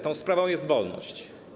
Tą sprawą jest wolność.